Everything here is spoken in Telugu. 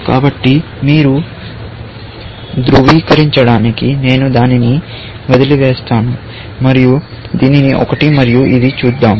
కాబట్టి మీరు ధృవీకరించడానికి నేను దానిని వదిలివేస్తాను మరియు దీనిని ఒకటి మరియు ఇది చూద్దాం